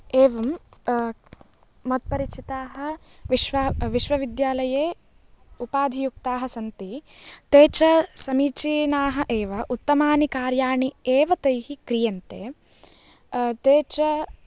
एवं मत्परिचिताः विश्वा विश्वविद्यालये उपाधियुक्ताः सन्ति ते समीचीनाः एव उत्तमानि कार्याणि एव तैः क्रियन्ते ते च